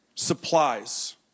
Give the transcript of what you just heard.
Supplies